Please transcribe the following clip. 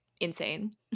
insane